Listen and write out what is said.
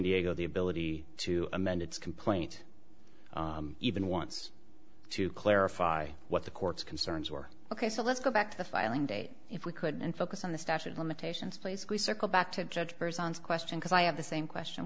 diego the ability to amend its complaint even once to clarify what the court's concerns were ok so let's go back to the filing date if we could and focus on the statute of limitations place we circle back to judge persons question because i have the same question